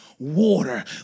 Water